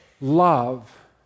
love